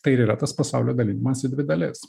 tai ir yra tas pasaulio dalinimas į dvi dalis